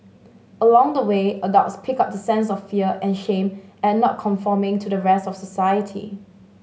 along the way adults pick up the sense of fear and shame at not conforming to the rest of society